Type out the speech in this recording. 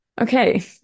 Okay